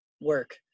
work